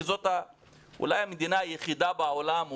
כי אולי זאת המדינה היחידה בעולם,